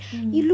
mm